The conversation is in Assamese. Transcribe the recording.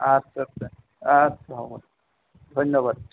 আচ্ছা আচ্ছা আচ্ছা হ'ব ধন্যবাদ